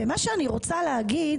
אני רוצה להגיד